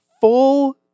full